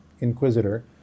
Inquisitor